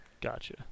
Gotcha